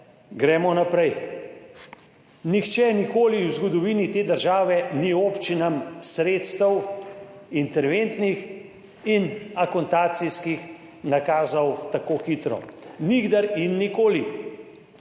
Gremo naprej. Nihče nikoli v zgodovini te države ni občinam sredstev, interventnih in akontacijskih nakazal tako hitro. Nikdar in nikoli.